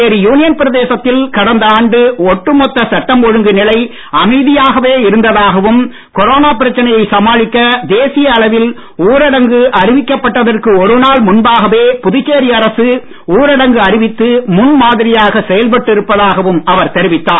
Puducherry union பிரதேசத்தில் கடந்த ஆண்டு ஒட்டுமொத்த சட்டம் ஒழுங்கு நிலை அமைதியாகவே இருந்ததாகவும் கொரோனா பிரச்சனையை சமாளிக்க தேசிய அளவில் ஊரடங்கு அறிவிக்கப்பட்டதற்கு ஒரு நாள் முன்பாகவே புதுச்சேரி அரசு ஊரடங்கு அறிவித்து முன் மாதிரியாக செயல்பட்டு இருப்பதாகவும் அவர் தெரிவித்தார்